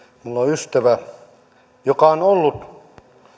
minulla on ystävä joka on ollut